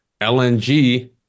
LNG